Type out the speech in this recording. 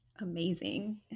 amazing